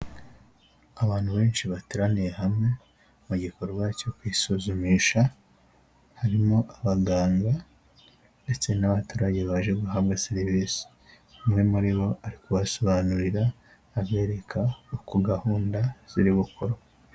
Abantu benshi bateraniye hamwe mu gikorwa cyo kwisuzumisha harimo abaganga ndetse n'abaturage baje baje guhabwa serivisi, umwe muri bo ari kubasobanurira abereka ko gahunda ziri gukora.